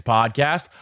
Podcast